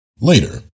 later